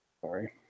sorry